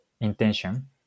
intention